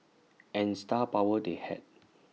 and star power they had